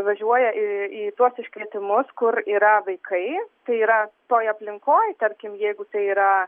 važiuoja į į tuos iškvietimus kur yra vaikai tai yra toj aplinkoj tarkim jeigu tai yra